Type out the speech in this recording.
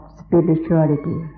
spirituality